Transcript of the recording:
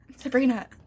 Sabrina